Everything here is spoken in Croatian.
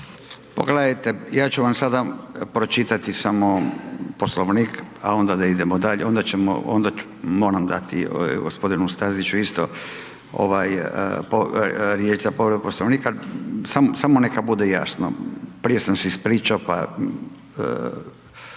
Pa gledajte, ja ću vam sada pročitati samo Poslovnik, a onda da idemo dalje, onda ću, moram dati g. Staziću isto, riječ za povredu Poslovnika. Samo neka bude jasno, prije sam se ispričao pa